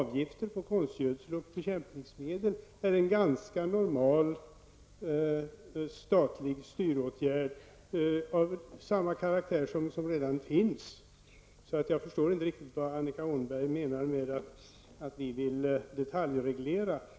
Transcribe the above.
Avgiften på konstgödsel och bekämpningsmedel är en ganska normal statlig styråtgärd av samma karaktär som dem som redan finns. Jag förstår inte riktigt vad Annika Åhnberg menar med att vi vill detaljreglera.